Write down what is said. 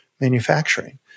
manufacturing